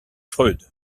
freud